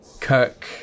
Kirk